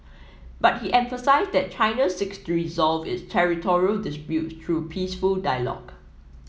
but he emphasised that China seeks to resolve its territorial disputes through peaceful dialogue